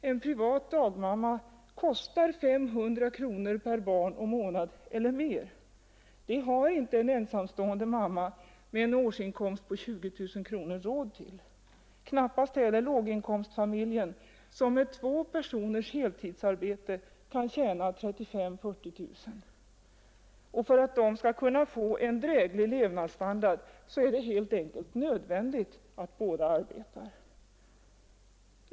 En privat dagmamma kostar 500 kronor per månad och barn eller mer. Det har inte en ensamstående mamma med en årsinkomst på 20 000 kronor råd att betala, knappast heller låginkomstfamiljer som med två personers heltidsarbete kan tjäna 35 000—40 000 kronor. För att de skall kunna få en dräglig levnadsstandard är det helt enkelt nödvändigt att båda arbetar.